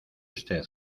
usted